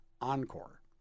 Encore